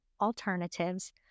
alternatives